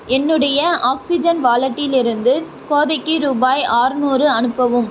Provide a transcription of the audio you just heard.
என்னுடைய ஆக்ஸிஜன் வாலெட்டிலிருந்து கோதைக்கு ரூபாய் ஆறுநூறு அனுப்பவும்